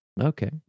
Okay